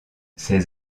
ses